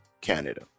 Canada